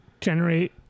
Generate